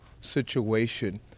situation